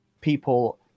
people